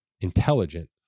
intelligent